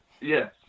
Yes